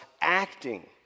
acting